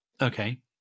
Okay